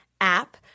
app